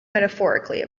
metaphorically